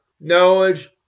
knowledge